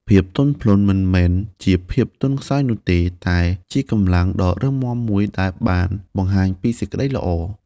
ភាពទន់ភ្លន់មិនមែនជាភាពទន់ខ្សោយនោះទេ តែជាកម្លាំងដ៏រឹងមាំមួយដែលបានបង្ហាញពីសេចក្ដីល្អ។